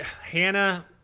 Hannah